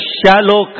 shallow